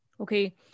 okay